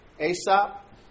Aesop